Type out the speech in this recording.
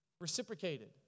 reciprocated